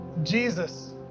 Jesus